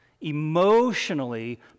emotionally